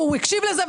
והוא הקשיב לזה,